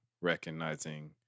recognizing